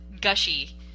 gushy